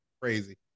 crazy